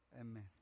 Amen